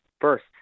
first